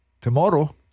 tomorrow